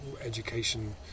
education